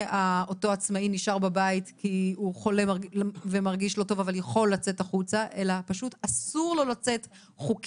החולה נשאר בבית אף על פי שהוא יכול לצאת החוצה אלא שאסור לו לצאת,